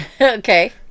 okay